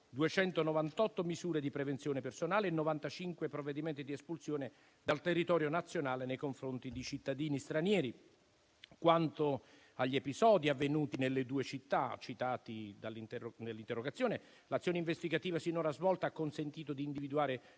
298 misure di prevenzione personale e 95 provvedimenti di espulsione dal territorio nazionale nei confronti di cittadini stranieri. Quanto agli episodi avvenuti nelle due città citate nell'interrogazione, l'azione investigativa sinora svolta ha consentito di individuare